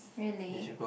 really